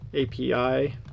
API